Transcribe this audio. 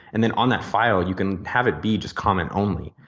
and then on that file you can have it be just comment only.